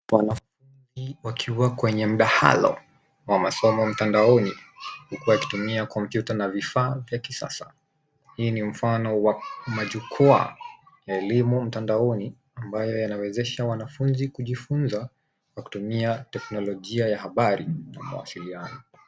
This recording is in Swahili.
Wanafunzi wakiwa kwenye mdahalo, wa masomo mtandaoni, huku akitumia kompyuta na vifaa vya kisasa. Hii ni mfano wa majukwaa, elimu mtandaoni, ambayo yanawezesha wanafunzi kujifunza, kwa kutumia teknolojia ya habari na mawasiliano.